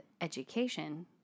education